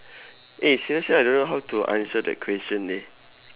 eh seriously I don't know how to answer that question leh